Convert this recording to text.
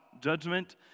judgment